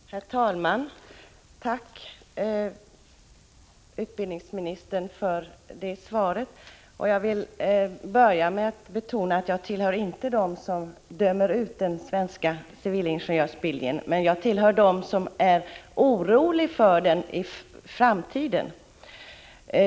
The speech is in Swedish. Herr talman! Tack för detta svar, utbildningsministern! Jag vill börja med att betona att jag inte tillhör dem som dömer ut den svenska civilingenjörsutbildningen, men jag tillhör dem som är oroliga för den med tanke på framtiden.